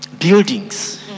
buildings